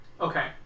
Okay